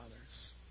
others